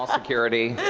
ah security.